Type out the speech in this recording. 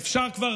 אני חושב שכבר